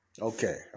Okay